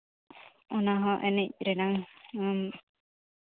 ᱚᱱᱟᱦᱚᱸ ᱮᱱᱮᱡ ᱨᱮᱱᱟᱝ